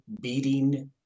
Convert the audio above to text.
beating